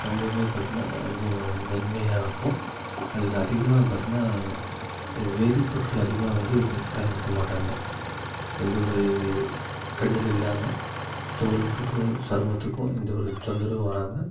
ரொம்பவுமே பார்த்தீங்கனா ரொம்ப மென்மையாக இருக்கும் அதில் அதிகமாக பார்த்தீங்கனா வேதிப்பொருட்கள் அதிகமாக வந்து கலந்திருக்க மாட்டாங்க எந்த ஒரு கெடுதல் இல்லாமல் தோலுக்கு தோ சருமத்துக்கும் எந்த ஒரு தொந்தரவு வராமல்